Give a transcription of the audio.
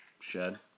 shed